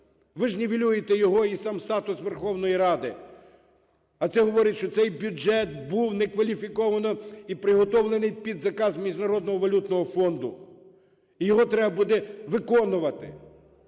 Ви ж нівелюєте його і сам статус Верховної Ради! А це говорить, що цей бюджет був некваліфіковано і приготовлений під заказ Міжнародного валютного фонду, і його треба буде виконувати.